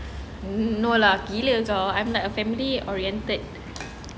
no lah gila kau I'm like a family oriented